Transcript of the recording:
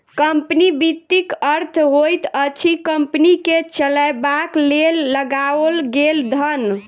company वित्तक अर्थ होइत अछि कम्पनी के चलयबाक लेल लगाओल गेल धन